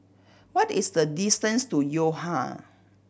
what is the distance to Yo Ha